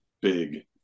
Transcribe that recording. big